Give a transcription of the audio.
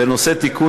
בנושא: תיקון,